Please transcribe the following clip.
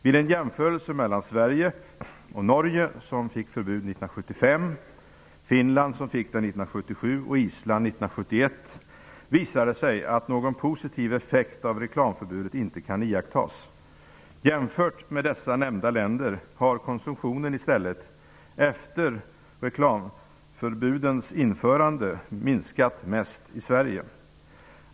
Vid en jämförelse mellan Sverige och Norge, som fick förbud 1975, Finland, som fick förbud 1977, och Island, som fick förbud 1971, visar det sig att någon positiv effekt av reklamförbudet inte kan iakttas. Jämfört med dessa nämnda länder har konsumtionen i stället efter reklamförbudens införande minskat mest i Sverige.